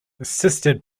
assisted